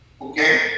okay